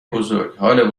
بزرگ، هال